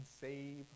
save